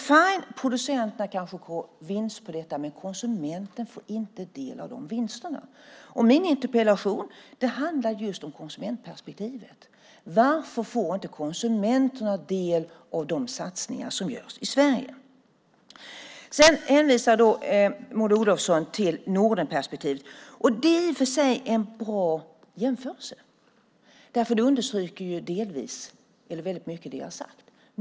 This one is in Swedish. Fine , producenterna kanske går med vinst på detta, men konsumenten får inte del av dessa vinster. Min interpellation handlar just om konsumentperspektivet. Varför får inte konsumenterna del av de satsningar som görs i Sverige? Maud Olofsson hänvisar till Nordenperspektivet, och det är i och för sig en bra jämförelse, för det understryker väldigt mycket det jag har sagt.